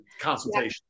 consultation